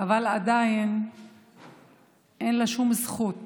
אבל עדיין אין לה שום זכות